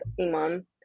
Imam